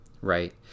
right